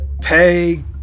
Pay